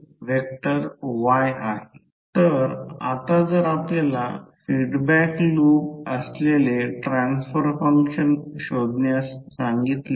तर min path हा या बाजूचा असेल तो येथून पुढे जाईल तो येथून येथे जाईल तो 1 सेंटीमीटर आहे काळजीपूर्वक पहा सर्वकाही चिन्हांकित केले आहे